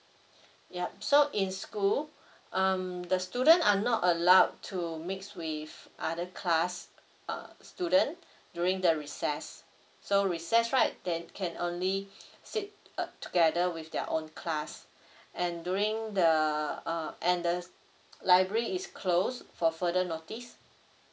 yup so in school um the student are not allowed to mix with other class uh student during the recess so recess right then can only sit uh together with their own class and during the uh and the library is closed for further notice